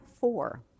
four